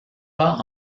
pas